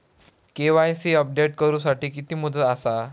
KYC update करू साठी किती मुदत आसा?